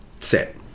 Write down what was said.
set